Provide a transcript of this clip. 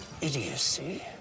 idiocy